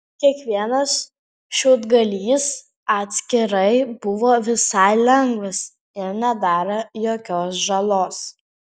kiekvienas šiaudgalys atskirai buvo visai lengvas ir nedarė jokios žalos